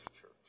church